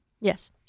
Yes